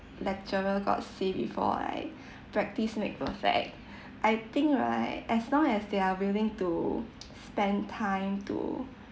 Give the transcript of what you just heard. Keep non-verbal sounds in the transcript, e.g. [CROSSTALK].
lecturer got say before right [BREATH] practice make perfect [BREATH] I think right as long as they are willing to spend time to